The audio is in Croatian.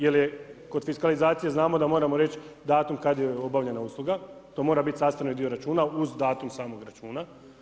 Jer kod fiskalizacije znamo da moramo reći datum kada je obavljena usluga, to mora biti sastavni dio računa, uz datum samog računa.